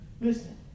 Listen